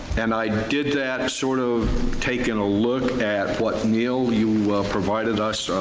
and i did that sort of taking a look at what, neil, you provided us